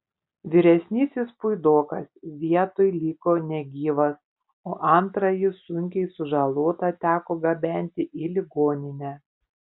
vyresnysis puidokas vietoj liko negyvas o antrąjį sunkiai sužalotą teko gabenti į ligoninę